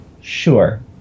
sure